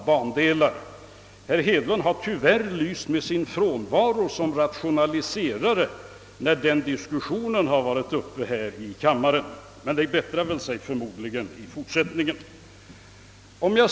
Herr Hedlund har tyvärr lyst med sin frånvaro som rationaliserare, när dessa diskussioner varit före här i kammaren, men det bättrar sig förmodligen i fortsättningen.